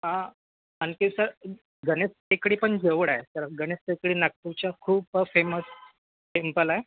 आणखी सर गणेश टेकडी पण जवळ आहे सर गणेश टेकडी नागपूरचं खूप फेमस टेंपल आहे